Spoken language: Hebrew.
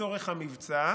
לצורך המבצע,